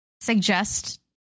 suggest